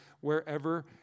wherever